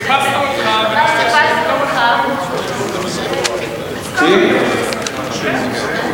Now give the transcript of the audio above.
חיפשנו אותך, פתאום אנחנו רואים אותך שם,